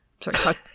Sorry